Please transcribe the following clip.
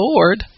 Lord